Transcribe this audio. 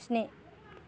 स्नि